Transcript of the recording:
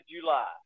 July